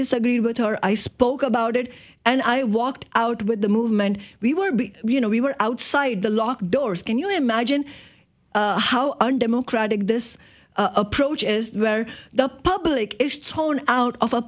disagree with her i spoke about it and i walked out with the movement we were being you know we were outside the locked doors can you imagine how undemocratic this approach is where the public is tone out of a